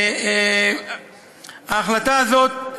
ההחלטה הזאת,